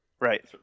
Right